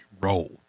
roll